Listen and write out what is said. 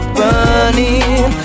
burning